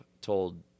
told